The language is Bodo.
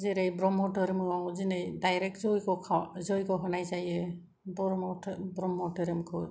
जेरै ब्रह्म धोरोमोआव दिनै दाइरेक्ट जयग्य' जयग्य' होनाय जायो ब्रह्म धोरोमखौ